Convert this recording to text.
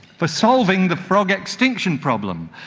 for solving the frog extinction problem,